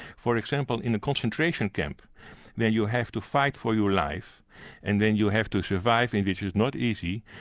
for example in the concentration camp when you have to fight for your life and then you have to survive and which is not easy.